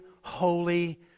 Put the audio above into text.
holy